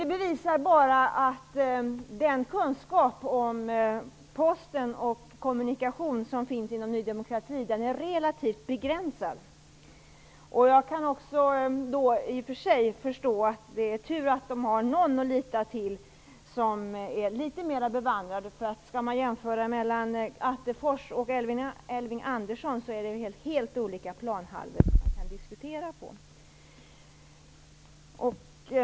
Detta bevisar bara att den kunskap om Posten och kommunikationer som finns inom Ny demokrati är relativt begränsad. Jag kan i och för sig förstå det. Det är tur att Ny demokrati har någon att lita till som är litet mera bevandrad. Med Kenneth Attefors och Elving Andersson diskuterar man på helt olika planhalvor.